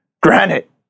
Granite